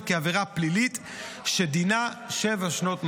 כעבירה פלילית שדינה שבע שנות מאסר.